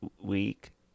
week